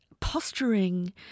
Posturing